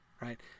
right